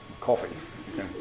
coffee